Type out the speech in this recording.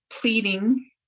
pleading